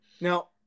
Now